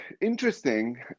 interesting